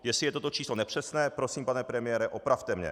Jestli je toto číslo nepřesné, prosím, pane premiére, opravte mě.